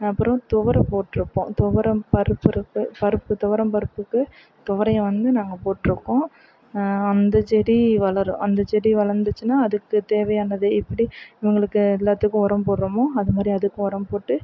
அப்புறம் துவர போட்டிருப்போம் துவரம் பருப்பு இருக்குது பருப்பு துவரம் பருப்புக்கு துவரைய வந்து நாங்கள் போட்டிருக்கோம் அந்தச் செடி வளரும் அந்தச் செடி வளர்ந்துச்சுன்னா அதுக்குத் தேவையானது எப்படி இவங்களுக்கு எல்லாத்துக்கும் உரம் போடுறோமோ அது மாதிரி அதுக்கும் உரம் போட்டு